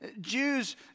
Jews